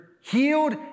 healed